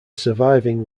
surviving